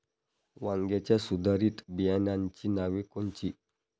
वांग्याच्या सुधारित बियाणांची नावे कोनची?